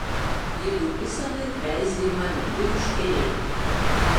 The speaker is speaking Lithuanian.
jiedu visąlaik veizi į mane lyg užkerėti